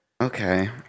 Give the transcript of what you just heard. Okay